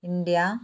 India